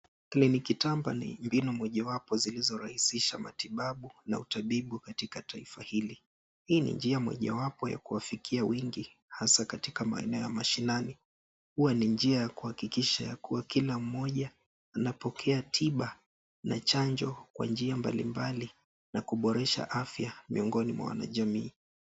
Kliniki tamba ni mbinu mojawapo zilizorahisha matibabu na utabibu katika taifa hili. Hii ni njia mojawapo ya kuwafikia wengi hasa katoka maeneo ya mashinani. Huwa ni njia ya kuhakikisha kuwa kila mmoja anapokea tiba na chanjo kwa njia mbalimbali na kuboresha afya miongoni mwa wanajamii.